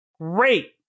Great